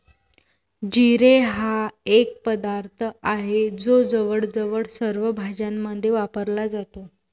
जिरे हा एक पदार्थ आहे जो जवळजवळ सर्व भाज्यांमध्ये वापरला जातो